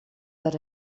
per